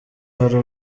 hari